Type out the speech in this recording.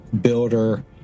builder